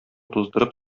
туздырып